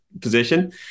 position